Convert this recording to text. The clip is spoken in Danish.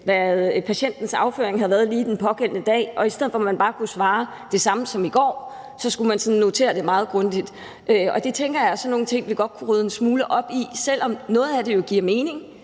patientens afføring havde været den pågældende dag, og i stedet for at man bare kunne svare det samme som i går, skulle man notere det meget grundigt. Jeg tænker, at det er sådan nogle ting, vi godt kunne rydde en smule op i, selv om noget af det jo giver mening.